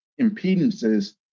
impedances